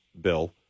bill